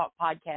Podcast